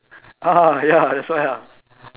ah ya that's why ah